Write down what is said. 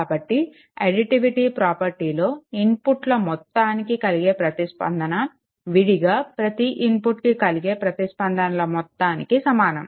కాబట్టి అడిటివిటీ ప్రాపర్టీలో ఇన్పుట్ల మొత్తానికి కలిగే ప్రతిస్పందన విడిగా ప్రతి ఇన్పుట్కి కలిగే ప్రతిస్పందనల మొత్తానికి సమానం